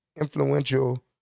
influential